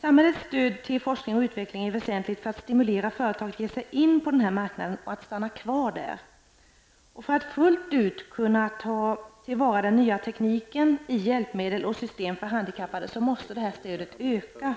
Samhällets stöd till forskning och utveckling är väsentligt för att stimulera företag att ge sig in på denna marknad och att stanna kvar där. För att fullt ut kunna ta till vara den nya tekniken i nya hjälpmedel och system för handikappade måste stödet öka.